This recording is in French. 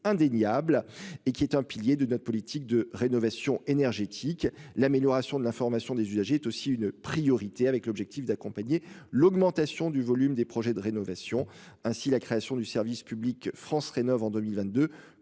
indéniable et qui est un pilier de notre politique de rénovation énergétique. L'amélioration de la formation des usagers est aussi une priorité avec l'objectif d'accompagner l'augmentation du volume des projets de rénovation ainsi la création du service public France rénove en 2022,